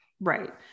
Right